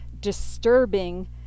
disturbing